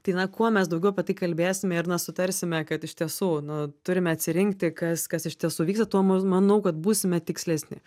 tai na kuo mes daugiau apie tai kalbėsime ir na sutarsime kad iš tiesų nu turime atsirinkti kas kas iš tiesų vyksta tuo manau kad būsime tikslesni